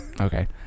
Okay